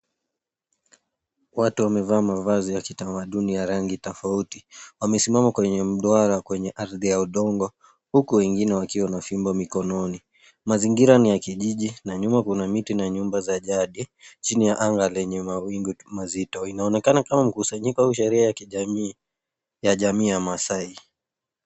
Watu wamevaa mavazi ya kitamaduni ya rangi tofauti. Wamesimama kwenye mdwara kwenye ardhi ya udongo huku wengine wakiwa na fimbo mikononi. Mazingira ni ya kijiji na nyuma kuna miti na nyumba za jadi chini ya anga yenye mawingu mazito. Inaonekana kama mkusanyiko au sherehe ya kijamii ya jamii ya Maasai.